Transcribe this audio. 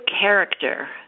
character